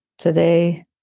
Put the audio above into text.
today